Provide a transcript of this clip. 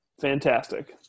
Fantastic